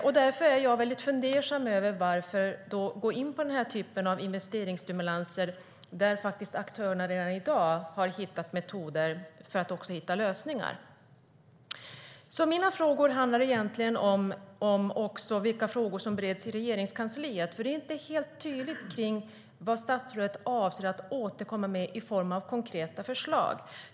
Då blir jag väldigt fundersam över varför man går in på den här typen av investeringsstimulanser, när aktörerna redan i dag har hittat metoder för att hitta lösningar. Mina frågor handlar egentligen om vad som bereds i Regeringskansliet, för det är inte helt tydligt vad statsrådet avser att återkomma med i form av konkreta förslag.